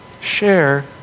Share